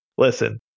listen